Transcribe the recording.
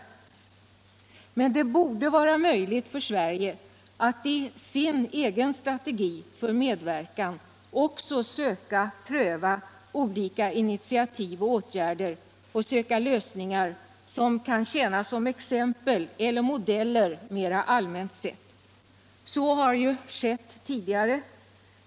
Men det borde vara möjligt för Sverige att i sin egen strategi för medverkan också försöka pröva olika egna initiativ och åtgärder och söka lösningar som kan tjäna som exempel eller modeller mera allmänt sett. Så har ju skett tidigare.